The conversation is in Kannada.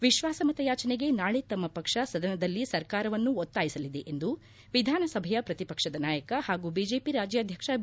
ವಿಶ್ವಾಸಮತಯಾಚನೆಗೆ ನಾಳೆ ತಮ್ನ ಪಕ್ಷ ಸದನದಲ್ಲಿ ಸರ್ಕಾರವನ್ನು ಒತ್ತಾಯಿಸಲಿದೆ ಎಂದು ವಿಧಾನಸಭೇಯ ಪ್ರತಿಪಕ್ಷದ ನಾಯಕ ಹಾಗೂ ಬಿಜೆಪಿ ರಾಜ್ಯಾಧ್ವಕ್ಷ ಬಿ